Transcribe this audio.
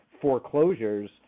foreclosures